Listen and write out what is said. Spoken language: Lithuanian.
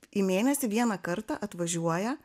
į mėnesį vieną kartą atvažiuoja